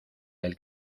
del